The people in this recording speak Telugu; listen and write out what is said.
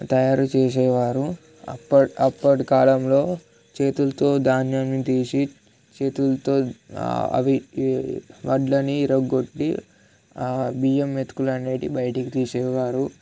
తయారు చేసేవారు అప్పటి కాలంలో చేతులతో ధాన్యాన్ని తీసి చేతులతో అవి వడ్లని విరగగొట్టి ఆ బియ్యం మెతుకులు అనేవి బయటికి తీసేవారు